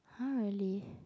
!huh! really